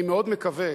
אני מאוד מקווה,